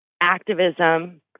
activism